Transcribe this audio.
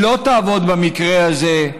היא לא תעבוד במקרה הזה.